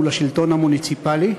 מול השלטון המוניציפלי.